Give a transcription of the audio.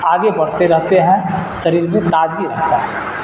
آگے بڑھتے رہتے ہیں شریر میں تازگی رہتا ہے